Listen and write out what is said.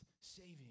saving